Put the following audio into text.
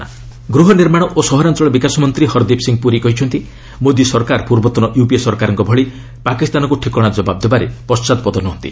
ପୂରୀ Modi government ଗୃହ ନିର୍ମାଣ ଓ ସହରାଞ୍ଚଳ ବିକାଶ ମନ୍ତ୍ରୀ ହର୍ଦୀପ୍ ସିଂ ପୁରୀ କହିଛନ୍ତି ମୋଦି ସରକାର ପୂର୍ବତନ ୟୁପିଏ ସରକାରଙ୍କ ଭଳି ପାକିସ୍ତାନକୁ ଠିକଣା ଜବାବ ଦେବାରେ ପଣ୍ଟାତ୍ପଦ ନୁହନ୍ତି